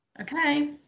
Okay